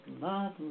love